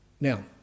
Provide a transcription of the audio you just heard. Now